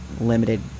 limited